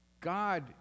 God